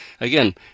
again